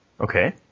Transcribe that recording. Okay